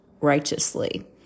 righteously